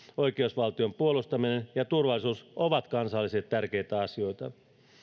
oikeusvaltion puolustaminen ja turvallisuus ovat kansallisesti tärkeitä asioita